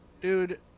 dude